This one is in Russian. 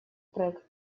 проект